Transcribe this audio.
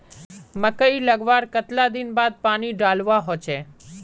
मकई लगवार कतला दिन बाद पानी डालुवा होचे?